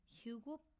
Hugo